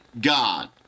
God